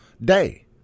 day